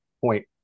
point